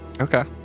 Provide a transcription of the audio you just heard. Okay